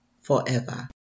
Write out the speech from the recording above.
forever